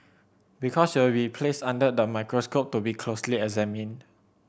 because you will replaced under the microscope to be closely examined